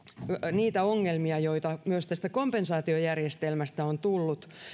niitä ongelmia joita myös tästä kompensaatiojärjestelmästä on tullut